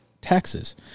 taxes